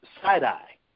side-eye